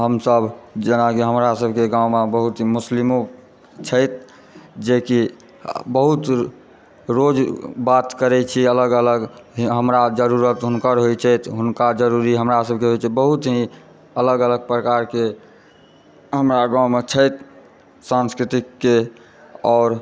हमसभ जेना कि हमरासभके गाममे बहुत ही मुस्लिमो छथि जे कि बहुत रोज बात करै छी अलग अलग हमरा जरूरत हुनकर होइ छै हुनका जरूरी हमरासभक होइ छै बहुत ही अलग अलग प्रकारके हमरा गाममे छथि संस्कृतिके आओर